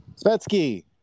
Spetsky